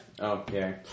Okay